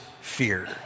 fear